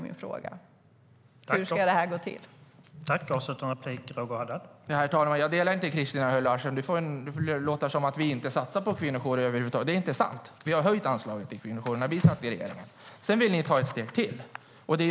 Det är det som är min fråga.